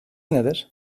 nedir